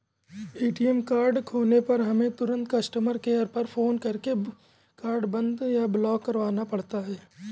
ATM card खोने पर हमें तुरंत कस्टमर केयर पर फ़ोन करके कार्ड बंद या ब्लॉक करवाना पड़ता है